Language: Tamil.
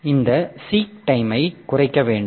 எனவே இந்த சீக் டைமை குறைக்க வேண்டும்